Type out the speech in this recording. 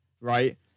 right